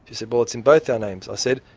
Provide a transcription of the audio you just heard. she said, well, it's in both our names'. i said,